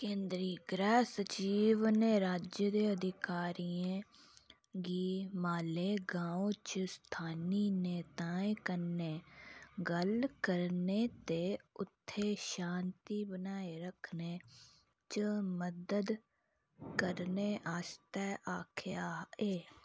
केंदरी गृह सचिव ने राज्य दे अधिकारियें गी मालेगांव च स्थान्नी नेताएं कन्नै गल्ल करने ते उत्थै शांति बनाई रक्खने च मदद करने आस्तै आखेआ ऐ